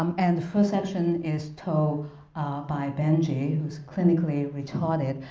um and the first section is told by benjy, who is clinically retarded.